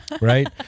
Right